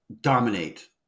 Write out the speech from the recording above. dominate